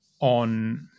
on